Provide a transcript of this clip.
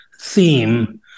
theme